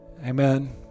Amen